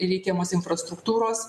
reikiamos infrastruktūros